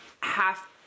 half